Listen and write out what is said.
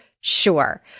sure